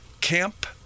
camp